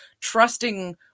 trusting